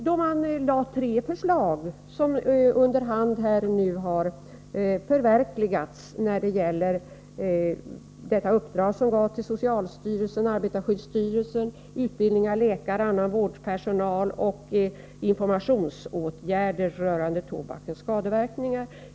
Då framlades tre förslag som nu under hand har förverkligats när det gäller det uppdrag som gavs socialstyrelsen och arbetarskyddsstyrelsen beträffande utbildning av läkare och annan vårdpersonal och informationsåtgärder rörande tobakens skadeverkningar.